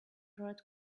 red